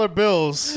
bills